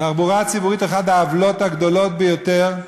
תחבורה ציבורית, אחד העוולות הגדולים ביותר,